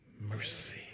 mercy